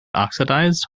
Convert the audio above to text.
oxidized